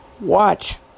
Watch